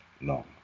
long